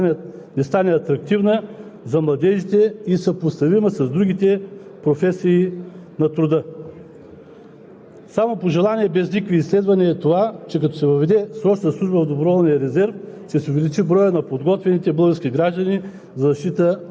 да приеме факта, че доброволна служба при съществуващите условия във въоръжените сили няма да има, ако службата в тях не стане атрактивна за младежите и съпоставима с другите професии на труда.